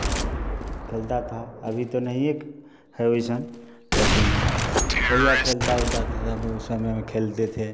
और खेलता था अभी तो नहीं एक है ओइसन लेकिन वही आ खेलता ओलता था तब हम उस समय में खेलते थे